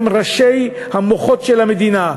הם ראשי המוחות של המדינה.